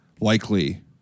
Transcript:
likely